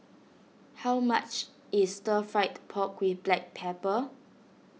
how much is Stir Fried Pork with Black Pepper